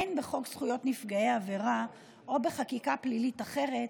אין בחוק זכויות נפגעי עבירה או בחקיקה פלילית אחרת